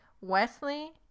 Wesley